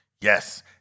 yes